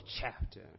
chapter